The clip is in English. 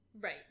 Right